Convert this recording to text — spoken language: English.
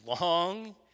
long